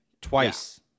Twice